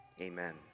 amen